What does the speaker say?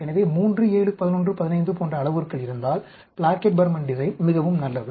எனவே 3 7 11 15 போன்ற அளவுருக்கள் இருந்தால் பிளாக்கெட் பர்மன் டிசைன் மிகவும் நல்லது